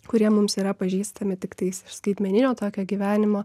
kurie mums yra pažįstami tiktais iš skaitmeninio tokio gyvenimo